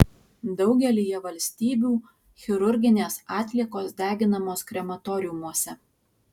daugelyje valstybių chirurginės atliekos deginamos krematoriumuose